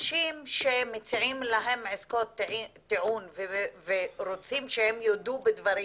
אנשים שמציעים להם עסקות טיעון ורוצים שהם יודו בדברים